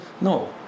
No